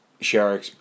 share